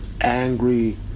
angry